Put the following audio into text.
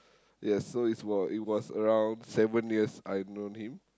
yes so it's while it was around seven years I've known him